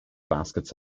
baskets